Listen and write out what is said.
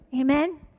Amen